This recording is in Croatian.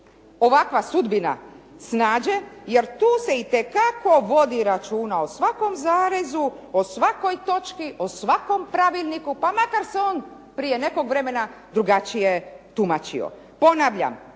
ovakva sudbina snađe jer tu se itekako vodi računa o svakom zarezu, o svakoj točci, o svakom pravilniku, pa makar se on prije nekog vremena drugačije tumačio. Ponavljam,